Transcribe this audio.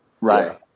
Right